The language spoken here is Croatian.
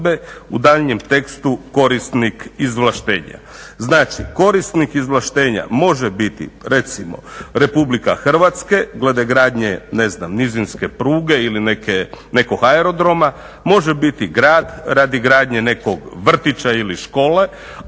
u daljnjem tekstu korisnik izvlaštenja. Znači korisnik izvlaštenja može biti recimo RH gleda gradnje ne znam nizinske pruge ili nekog aerodroma, može biti grad radi gradnje nekog vrtića ili škole,